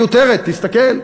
הכנסת מיותרת, תסתכל.